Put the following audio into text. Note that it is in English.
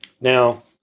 Now